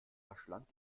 verschlang